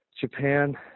Japan